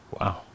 Wow